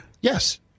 Yes